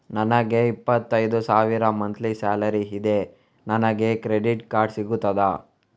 ನನಗೆ ಇಪ್ಪತ್ತೈದು ಸಾವಿರ ಮಂತ್ಲಿ ಸಾಲರಿ ಇದೆ, ನನಗೆ ಕ್ರೆಡಿಟ್ ಕಾರ್ಡ್ ಸಿಗುತ್ತದಾ?